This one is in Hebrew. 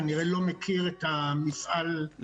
כנראה לא מכיר את המפעל האדיר שלנו.